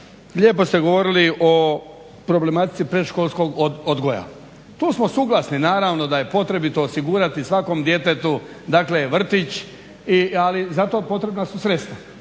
lijepo ste govorili o problematici predškolskog odgoja. Tu smo suglasni naravno da je potrebito osigurati svakom djetetu, dakle vrtić ali zato potrebna su sredstva,